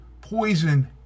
poison